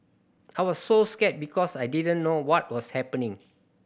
I was so scared because I didn't know what was happening